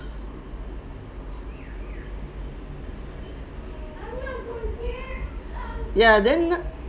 yeah then